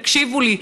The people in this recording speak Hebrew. תקשיבו לי,